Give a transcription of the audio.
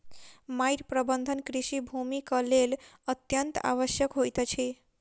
माइट प्रबंधन कृषि भूमिक लेल अत्यंत आवश्यक होइत अछि